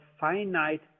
finite